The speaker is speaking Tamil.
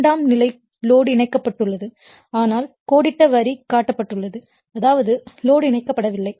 இரண்டாம் நிலை லோடு இணைக்கப்பட்டுள்ளது ஆனால் கோடிட்ட வரி காட்டப்பட்டுள்ளது அதாவது லோடு இணைக்கப்படவில்லை